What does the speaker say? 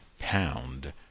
Pound